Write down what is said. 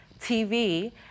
TV